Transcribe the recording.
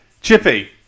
Chippy